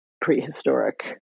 prehistoric